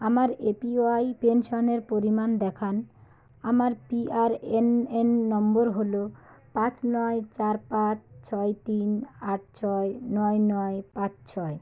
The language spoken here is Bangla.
আমার এপিওয়াই পেনশনের পরিমাণ দেখান আমার পিআরএনএন নম্বর হল পাঁচ নয় চার পাঁচ ছয় তিন আট ছয় নয় নয় পাঁচ ছয়